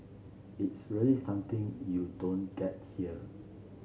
it's really something you don't get here